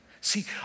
See